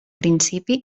principi